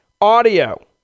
audio